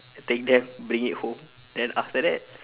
take them bring it home then after that